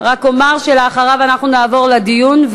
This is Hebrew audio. רק אומר שאחריו אנחנו נעבור לדיון,